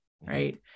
Right